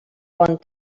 bon